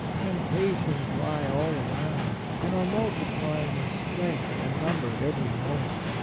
tempta tions lie all around, and are multiplying in strength and number every moment.